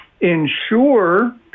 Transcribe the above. ensure